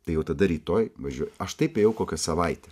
tai jau tada rytoj važiuoju aš taip ėjau kokią savaitę